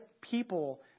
people